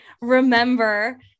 remember